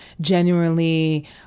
genuinely